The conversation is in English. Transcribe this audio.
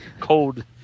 cold